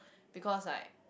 because like